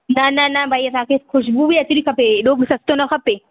न न न भई असांखे ख़ुश्बू बि अचणी खपे हेॾो सस्तो बि न खपे